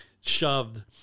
shoved